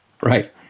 Right